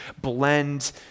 blend